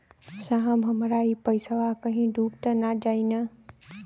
साहब हमार इ पइसवा कहि डूब त ना जाई न?